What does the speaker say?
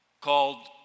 called